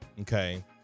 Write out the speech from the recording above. Okay